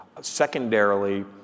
Secondarily